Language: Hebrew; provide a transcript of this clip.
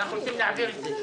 ואנחנו רוצים להעביר את זה,